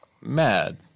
mad